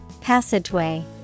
Passageway